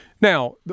Now